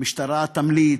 המשטרה תמליץ,